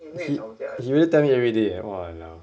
he he really tell me everyday leh !walao!